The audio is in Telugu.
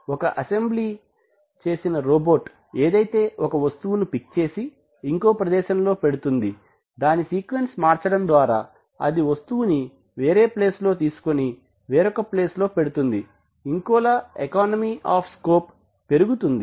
ఒక అసెంబ్లీ చేసిన రోబోట్ ఏదైతే ఒక వస్తువుని పిక్ చేసి ఇంకో ప్రదేశం లో పెడుతుంది దాని సీక్వెన్స్ మార్చడం ద్వారా అది వస్తువుని వేరే ప్లేస్ లో తీసుకుని వేరొక ప్లేస్ లో పెడుతుంది ఇంకోలా ఎకానమీ ఆఫ్ స్కోప్ పెరుగుతుంది